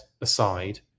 aside